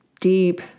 deep